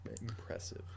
impressive